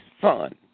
fun